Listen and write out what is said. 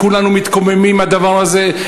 כולנו מתקוממים על הדבר הזה.